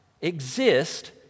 exist